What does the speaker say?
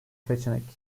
seçenek